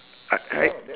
I I